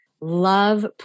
love